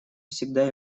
всегда